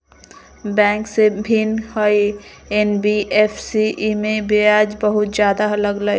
Bank से भिन्न हई एन.बी.एफ.सी इमे ब्याज बहुत ज्यादा लगहई?